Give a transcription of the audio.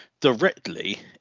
directly